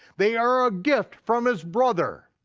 they are a gift from his brother.